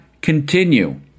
continue